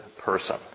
person